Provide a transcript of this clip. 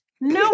No